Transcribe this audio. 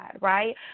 right